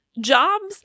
jobs